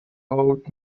old